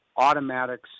automatics